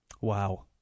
Wow